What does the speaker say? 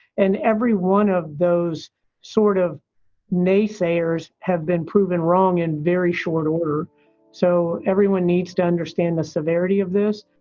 and every one of those sort of naysayers have been proven wrong in very short order so everyone needs to understand the severity of this.